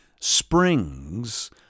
springs